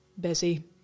busy